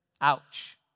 Ouch